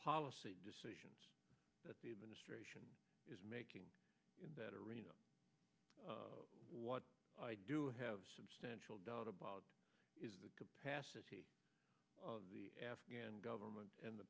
policy decisions that the administration is making that arena what i do have substantial doubt about is the capacity of the afghan government and the